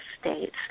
States